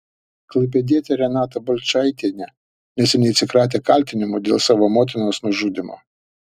klaipėdietė renata balčaitienė neseniai atsikratė kaltinimų dėl savo motinos nužudymo